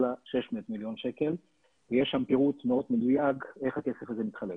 אלא 600 מיליון שקל ויש שם פירוט מאוד מדויק איך הכסף הזה מתחלק.